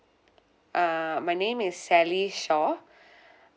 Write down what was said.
uh my name is sally shaw